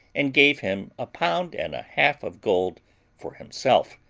and gave him a pound and a half of gold for himself,